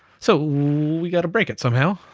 so we got to break it somehow.